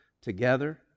together